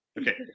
Okay